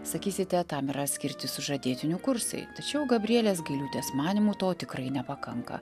sakysite tam yra skirti sužadėtinių kursai tačiau gabrielės gailiūtės manymu to tikrai nepakanka